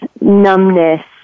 numbness